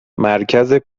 مرکز